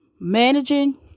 Managing